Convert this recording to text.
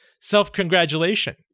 self-congratulation